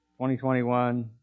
2021